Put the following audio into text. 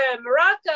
Morocco